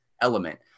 element